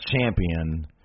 champion